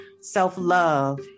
self-love